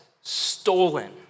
stolen